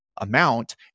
amount